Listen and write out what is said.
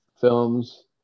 films